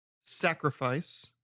Sacrifice